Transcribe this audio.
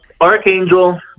Archangel